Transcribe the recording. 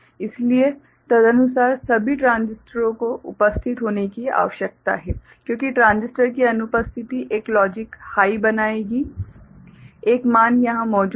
इसलिए तदनुसार सभी ट्रांजिस्टरों को उपस्थित होने की आवश्यकता है क्योंकि ट्रांजिस्टर की अनुपस्थिति एक लॉजिक हाइ बनाएगी एक मान यहां मौजूद है